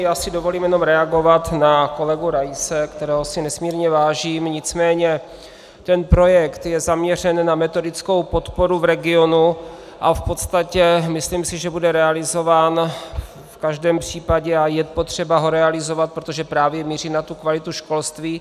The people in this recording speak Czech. Já si jenom dovolím reagovat na kolegu Raise, kterého si nesmírně vážím, nicméně ten projekt je zaměřen na metodickou podporu v regionu a v podstatě, myslím si, že bude realizován v každém případě a je potřeba ho realizovat, protože právě míří na kvalitu školství.